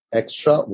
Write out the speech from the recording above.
extra